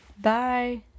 Bye